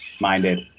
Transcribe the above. minded